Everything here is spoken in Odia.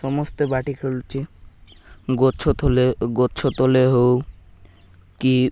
ସମସ୍ତେ ବାଟି ଖେଳୁଛି ଗଛ ତଳେ ଗଛ ତଳେ ହଉ କି